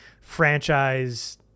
franchise